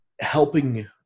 helping